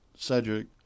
Cedric